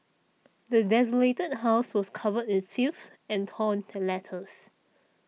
the desolated house was covered in filth and torn letters